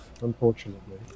unfortunately